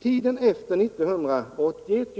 tiden efter 1981.